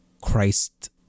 Christ